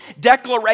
Declaration